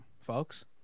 Folks